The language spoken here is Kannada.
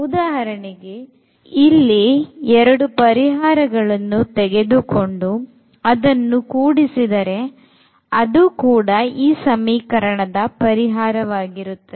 ಉದಾಹರಣೆಗೆ ಇಲ್ಲಿ 2 ಪರಿಹಾರಗಳನ್ನು ತೆಗೆದುಕೊಂಡು ಅದನ್ನು ಕೂಡಿಸಿದರೆ ಅದು ಕೂಡ ಈ ಸಮೀಕರಣದ ಪರಿಹಾರ ವಾಗಿರುತ್ತದೆ